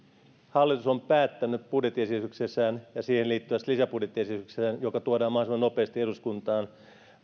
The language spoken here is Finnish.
hallitus on päättänyt budjettiesityksessään ja siihen liittyvässä lisäbudjettiesityksessä joka tuodaan mahdollisimman nopeasti eduskuntaan